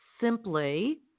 simply